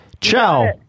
ciao